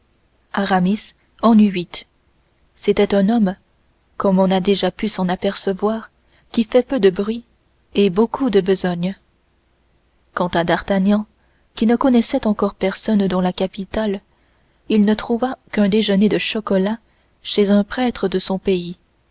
c'était un homme comme on a déjà pu s'en apercevoir qui faisait peu de bruit et beaucoup de besogne quant à d'artagnan qui ne connaissait encore personne dans la capitale il ne trouva qu'un déjeuner de chocolat chez un prêtre de son pays